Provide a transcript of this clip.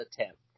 attempt